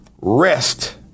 rest